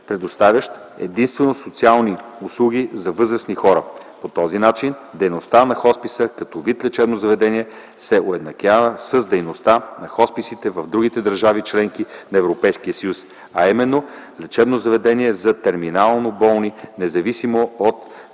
предоставящ единствено социални услуги за възрастни хора. По този начин дейността на хосписа като вид лечебно заведение се уеднаквява с дейността на хосписите в други държави - членки на Европейския съюз, а именно лечебно заведение за терминално болни независимо от